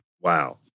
wow